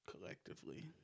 collectively